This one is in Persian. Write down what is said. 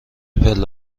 پله